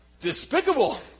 despicable